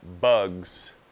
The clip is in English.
bugs